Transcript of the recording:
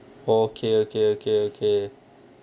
okay okay okay okay